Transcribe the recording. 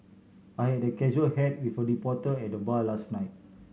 I had a casual hat with a reporter at the bar last night